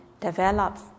develops